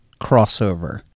crossover